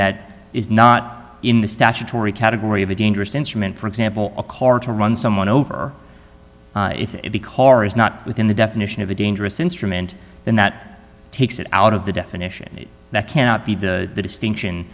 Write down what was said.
that is not in the statutory category of a dangerous instrument for example a car to run someone over if the core is not within the definition of a dangerous instrument then that takes it out of the definition that cannot be the distinction